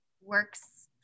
works